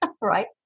Right